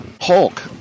Hulk